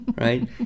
right